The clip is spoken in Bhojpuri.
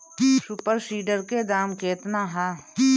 सुपर सीडर के दाम केतना ह?